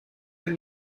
and